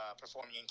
performing